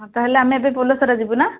ତା'ହେଲେ ଆମେ ଏବେ ପୋଲସରା ଯିବୁନା